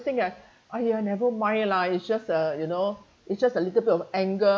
think ah !aiya! never mind lah it's just uh you know it's just a little bit of anger